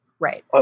Right